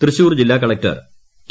തൃശ്ശൂർ ജില്ലാ collector T